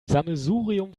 sammelsurium